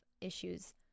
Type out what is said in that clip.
issues